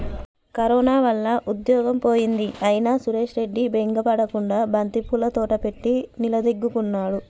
corona వల్ల ఉద్యోగం పోయింది అయినా సురేష్ రెడ్డి బెంగ పడకుండా బంతిపూల తోట పెట్టి నిలదొక్కుకున్నాడు